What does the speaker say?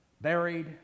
Buried